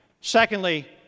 secondly